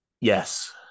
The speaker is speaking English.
Yes